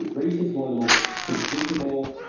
race is one of the most predictable,